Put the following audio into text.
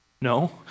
No